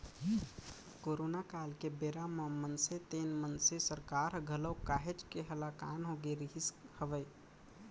corona काल के बेरा म मनसे तेन मनसे सरकार ह घलौ काहेच के हलाकान होगे रिहिस हवय